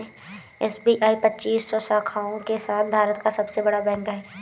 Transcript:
SBI पच्चीस सौ शाखाओं के साथ भारत का सबसे बड़ा बैंक है